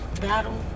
battle